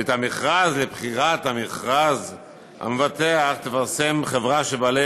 ואת המכרז לבחירת המבטח תפרסם חברה שבעלי